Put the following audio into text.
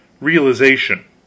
realization